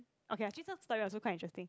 okay uh jun sheng story also quite interesting